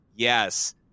Yes